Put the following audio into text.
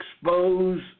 expose